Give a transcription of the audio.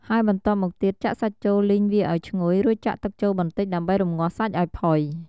ហើយបន្ទាប់មកទៀតចាក់សាច់ចូលលីងវាឱ្យឈ្ងុយ រួចចាក់ទឹកចូលបន្តិចដើម្បីរម្ងាស់សាច់ឱ្យផុយ។